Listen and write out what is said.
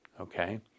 Okay